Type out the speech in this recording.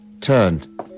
turn